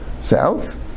south